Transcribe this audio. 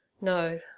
No